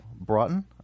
Broughton